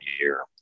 year